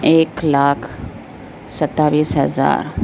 ایک لاکھ ستاٮٔیس ہزار